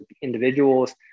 individuals